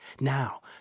Now